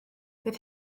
bydd